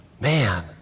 Man